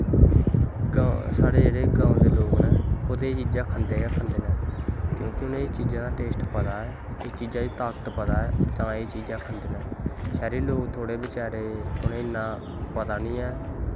साढ़े जेह्ड़े गांव दे लोग न ओह् ते एह् चीजां खंदे गै खंदे न क्योंकि उ'नें गी चीजें दा टेस्ट पता ऐ कि चीज दी ताकत पता ऐ तां एोह् चीजां खंदे न शैह्री लोग बचैरे थोह्ड़ा इन्ना पता निं ऐ